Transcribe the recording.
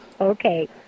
okay